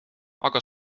aga